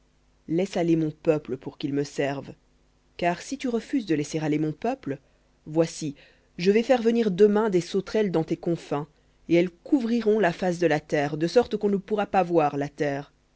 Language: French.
laisse aller mon peuple pour qu'ils me servent car si tu refuses de laisser aller mon peuple voici je vais faire venir demain des sauterelles dans tes confins et elles couvriront la face de la terre de sorte qu'on ne pourra pas voir la terre